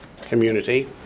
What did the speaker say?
community